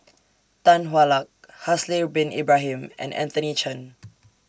Tan Hwa Luck Haslir Bin Ibrahim and Anthony Chen